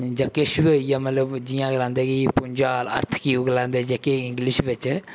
जां किश बी होई जा मतलब जियां गलांदे कि भूंचाल अर्थक्वूइक गलांदे जेह्के इंग्लिश बिच्च